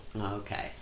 Okay